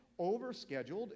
overscheduled